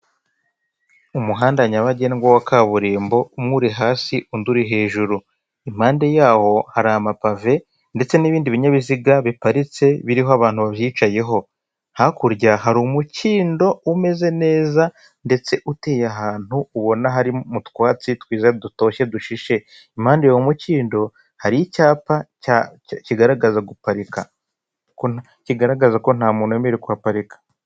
Umuhanda nyabagendwa wa kaburimbo, umwe uri hasi undi uri hejuru impande yaho hari amapave ndetse n'ibindi binyabiziga biparitse biriho abantu byicayemo, hakurya hari umukindo umeze neza, ndetse uteye ahantu ubona hari m'utwatsi twiza dutoshye dushishe impande mu mukindo hari icyapa kigaragaza guparika, kigaragaza ko nta muntu wemerewe kuhaparika.